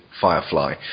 Firefly